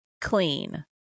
clean